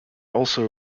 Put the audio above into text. also